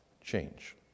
change